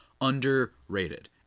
underrated